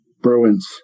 Bruins